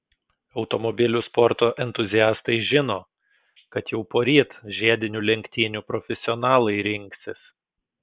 automobilių sporto entuziastai žino kad jau poryt žiedinių lenktynių profesionalai rinksis